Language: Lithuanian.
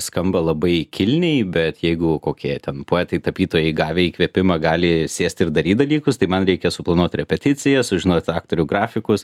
skamba labai kilniai bet jeigu jau kokie ten poetai tapytojai gavę įkvėpimą gali sėst ir daryt dalykus tai man reikia suplanuot repeticijas sužinot aktorių grafikus